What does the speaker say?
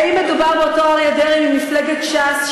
האם מדובר באותו אריה דרעי ממפלגת ש"ס,